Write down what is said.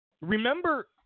remember –